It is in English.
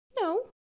No